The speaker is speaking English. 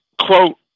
quote